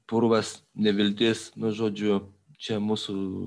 purvas neviltis nu žodžiu čia mūsų